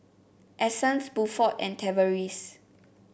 Essence Buford and Tavaris